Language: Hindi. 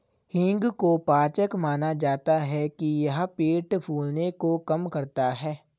हींग को पाचक माना जाता है कि यह पेट फूलने को कम करता है